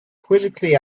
quizzically